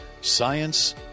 science